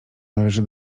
należy